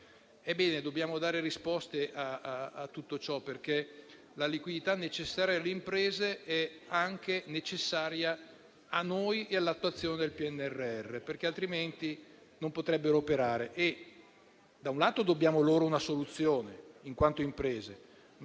Dobbiamo dare risposte a tutto ciò, perché la liquidità necessaria alle imprese è necessaria anche a noi e all'attuazione del PNRR, altrimenti non potrebbero operare. Da un lato, dobbiamo loro una soluzione in quanto imprese, ma,